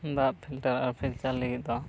ᱫᱟᱜ ᱯᱷᱤᱞᱴᱟᱨ ᱟᱨ ᱯᱷᱤᱞᱴᱟᱨ ᱞᱟᱹᱜᱤᱫ ᱫᱚ